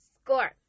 Score